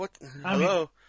Hello